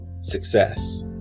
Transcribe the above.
success